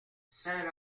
saint